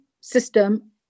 system